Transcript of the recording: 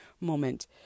moment